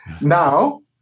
Now